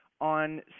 on